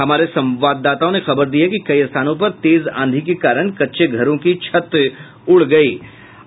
हमारे संवाददाताओं ने खबर दी है कि कई स्थानों पर तेज आंधी के कारण कच्चे घरों के छत उड़ गयीं